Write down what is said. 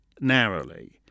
narrowly